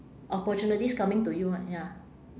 opportunities coming to you right ya